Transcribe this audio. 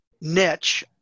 niche